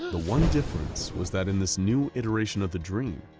the one difference was that in this new iteration of the dream,